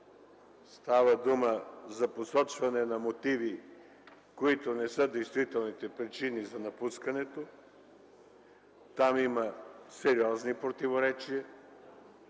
Става дума за посочване на мотиви, които не са действителните причини за напускането. Там има сериозни противоречия,